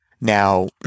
Now